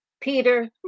Peter